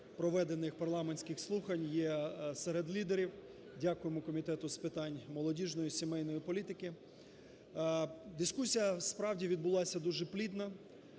Дискусія справді відбулася дуже плідна